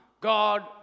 God